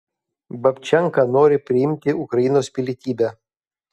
babčenka nori priimti ukrainos pilietybę